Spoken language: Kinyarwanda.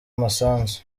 umusanzu